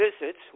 visits